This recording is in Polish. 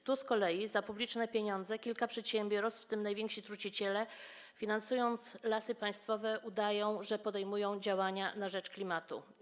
Tu z kolei za publiczne pieniądze kilka przedsiębiorstw, w tym najwięksi truciciele, finansując Lasy Państwowe, udają, że podejmują działania na rzecz klimatu.